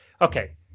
okay